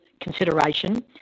consideration